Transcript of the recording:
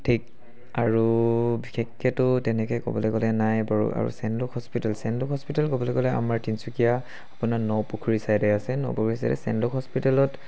ঠিক আৰু বিশেষকেতো তেনেকৈ ক'বলৈ গ'লে নাই বাৰু আৰু চেন্দুক হস্পিটেল চেন্দুক হস্পিটেল ক'বলৈ গ'লে আমাৰ তিমিচুকীয়া আপোনাৰ ন পুখুৰী ছাইডে আছে ন পুখুৰী ছাইডে চেন্দুক হস্পিটেলত